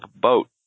boat